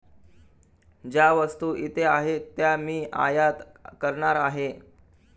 ज्या वस्तू इथे आहेत त्या मी आयात करणार आहे